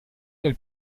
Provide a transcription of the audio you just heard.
del